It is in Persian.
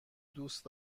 دوست